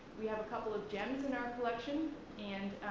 we have a couple of gems in our collection and